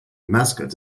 mascot